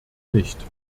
nicht